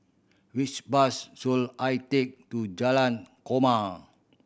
which bus should I take to Jalan Korma